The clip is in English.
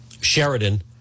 Sheridan